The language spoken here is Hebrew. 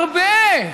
הרבה,